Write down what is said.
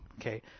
Okay